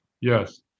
yes